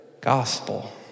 gospel